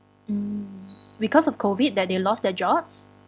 mm because of COVID that they lost their jobs